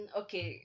okay